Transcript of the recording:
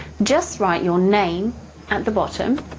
just write your name at the bottom,